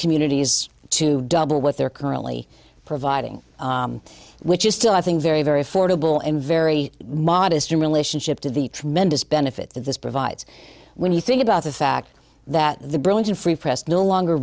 communities to double what they're currently providing which is still i think very very affordable and very modest in relationship to the tremendous benefits that this provides when you think about the fact that the burlington free press no longer